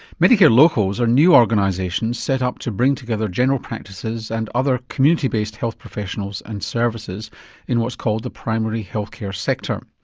medicare locals are new organisations set up to bring together general practices and other community based health professionals and services in what's called the primary healthcare sector.